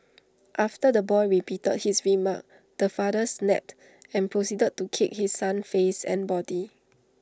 after the boy repeated his remark the father snapped and proceeded to kick his son's face and body